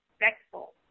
respectful